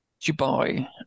Dubai